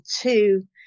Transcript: two